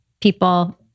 people